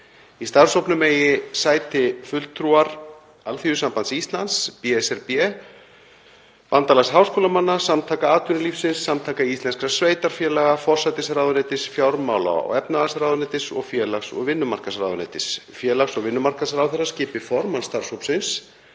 Í starfshópnum eigi sæti fulltrúar Alþýðusambands Íslands, BSRB, Bandalags háskólamanna, Samtaka atvinnulífsins, Samtaka íslenskra sveitarfélaga, forsætisráðuneytis, fjármála- og efnahagsráðuneytis og félags- og vinnumarkaðsráðuneytis. Félags- og vinnumarkaðsráðherra skipi formann starfshópsins.